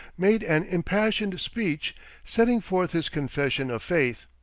made an impassioned speech setting forth his confession of faith.